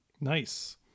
nice